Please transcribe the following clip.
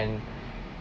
and